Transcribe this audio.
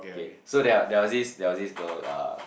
okay so there there was this there was this girl uh